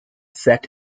set